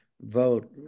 vote